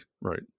right